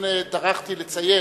תמיד שר.